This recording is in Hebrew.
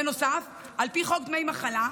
בנוסף, על פי חוק דמי מחלה,